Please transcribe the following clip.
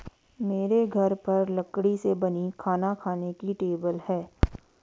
मेरे घर पर लकड़ी से बनी खाना खाने की टेबल है